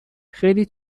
خیلی